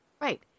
Right